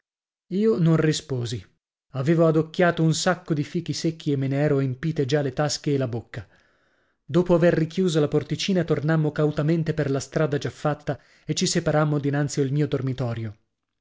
io non risposi avevo adocchiato un sacco di fichi secchi e me ne ero empite già le tasche e la bocca dopo aver richiusa la porticina tornammo cautamente per la strada già fatta e ci separammo dinanzi al mio dormitorio